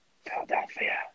Philadelphia